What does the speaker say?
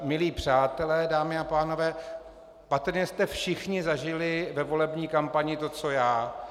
Milí přátelé, dámy a pánové, patrně jste všichni zažili ve volební kampani to co já.